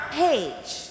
page